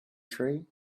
tree